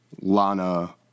Lana